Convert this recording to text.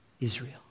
Israel